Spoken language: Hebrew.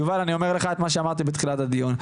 יובל אני אומר לך את מה שאמרתי בתחילת הדיון,